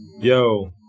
yo